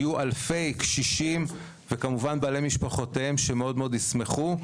יהיו אלפי קשישים ובעלי משפחותיהם שמאוד ישמחו.